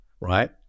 right